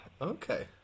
Okay